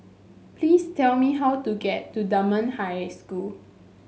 please tell me how to get to Dunman High School